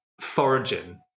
foraging